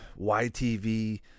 YTV